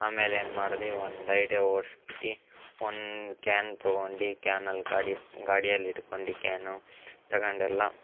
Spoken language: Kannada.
ಆಮೇಲೆ ಏನು ಮಾಡಿದ್ವಿ ಒಂದು ಐಡ್ಯಾ ಓಡ್ಸ್ಬಿಟ್ಟು ಒಂದು ಕ್ಯಾನ್ ತಗೊಂಡು ಕ್ಯಾನಲ್ಲಿ ಗಾಡಿ ಗಾಡಿಯಲ್ಲಿ ಇಟ್ಕೊಂಡು ಕ್ಯಾನು ತಗಂಡು ಎಲ್ಲ